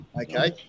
okay